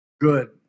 good